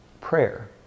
prayer